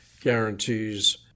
guarantees